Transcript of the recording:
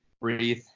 breathe